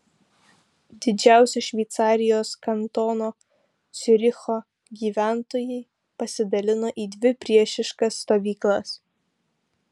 didžiausio šveicarijos kantono ciuricho gyventojai pasidalino į dvi priešiškas stovyklas